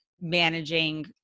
managing